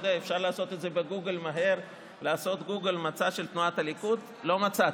שמחה רוטמן הבין שהם עשו טעות לפני חודש כשהם חברו לליכוד ולרשימה